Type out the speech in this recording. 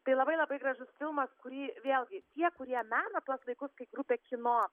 tai labai labai gražus filmas kurį vėlgi tie kurie mena tuos laikus kai grupė kino